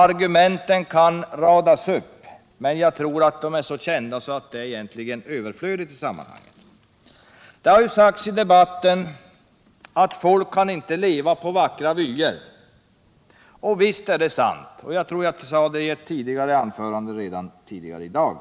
Argumenten kan radas upp, men jag tror att de är så kända att det är överflödigt i sammanhanget. Det har sagts i debatten att folk inte kan leva på vackra vyer, och visst är det sant. Jag tror att jag sade det i ett anförande tidigare i dag.